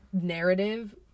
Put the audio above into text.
narrative